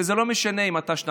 וזה לא משנה אם אתה פה שנתיים,